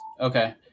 Okay